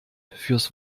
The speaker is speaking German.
fürs